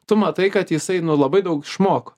tu matai kad jisai nu labai daug išmoko